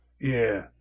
Yeah